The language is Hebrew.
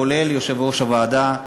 כולל יושב-ראש הוועדה,